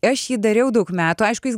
aš jį dariau daug metų aišku jis